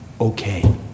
Okay